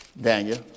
Daniel